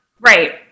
right